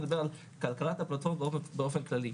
אני מדבר על כלכלת הפלטפורמות באופן כללי.